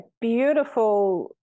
beautiful